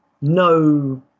no